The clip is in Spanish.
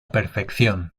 perfección